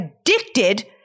addicted